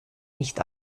nicht